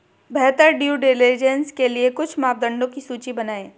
बेहतर due diligence के लिए कुछ मापदंडों की सूची बनाएं?